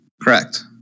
Correct